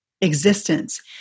existence